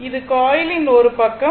இது காயிலின் ஒரு பக்கம்